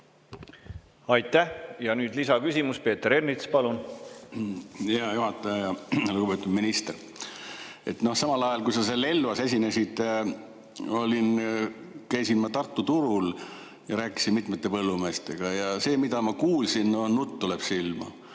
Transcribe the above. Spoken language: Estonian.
Aitäh! Ja nüüd lisaküsimus. Peeter Ernits, palun! Hea juhataja! Lugupeetud minister! Samal ajal, kui sa seal Elvas esinesid, käisin ma Tartu turul ja rääkisin mitmete põllumeestega. Ja see, mida ma kuulsin – nutt tuleb silma.